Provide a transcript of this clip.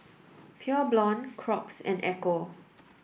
Pure Blonde Crocs and Ecco